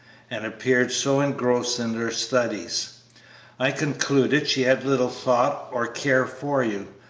and appeared so engrossed in her studies i concluded she had little thought or care for you.